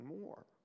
more